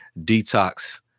detox